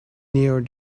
near